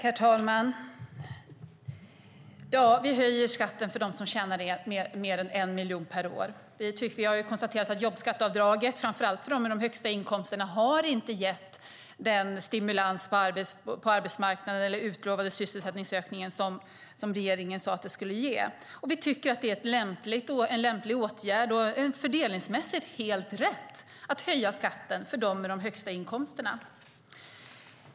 Herr talman! Vi höjer skatten för dem som tjänar mer än en miljon per år. Vi har konstaterat att jobbskatteavdraget, framför allt för dem med de högsta inkomsterna, inte har gett den stimulans på arbetsmarknaden eller den sysselsättning som regeringen sade att det skulle ge. Vi tycker att det är en lämplig åtgärd och fördelningsmässigt helt rätt att höja skatten för dem med de högsta inkomsterna.